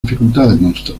dificultades